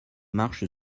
marche